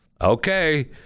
okay